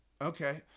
okay